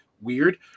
weird